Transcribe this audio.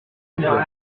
nouvelle